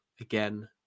again